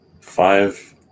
five